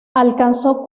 alcanzó